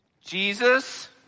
Jesus